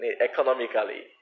economically